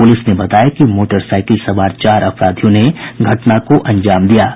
police ने बताया कि मोटरसाईकिल सवार चार अपराधियों ने घटना को अंजाम दिया है